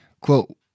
Quote